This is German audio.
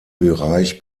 bereich